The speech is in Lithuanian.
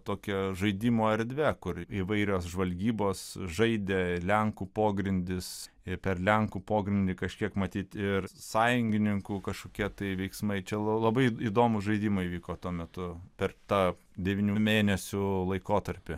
tokia žaidimo erdve kur įvairios žvalgybos žaidė lenkų pogrindis ir per lenkų pogrindį kažkiek matyt ir sąjungininkų kažkokie tai veiksmai čia labai įdomūs žaidimai vyko tuo metu per tą devynių mėnesių laikotarpį